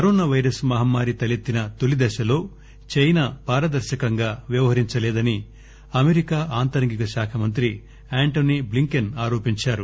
corona virus మహమ్మారి తలెత్తిన తొలి దశలో చైనా పారదర్శకంగా వ్యవహరించలేదని అమెరికా అంతరంగికశాఖ మంత్రి అంటోని బ్లింకెస్ ఆరోపించారు